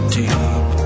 deep